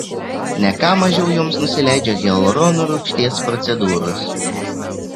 ne ką mažiau joms nusileidžia hialurono rūgšties procedūros